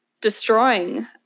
destroying